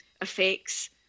affects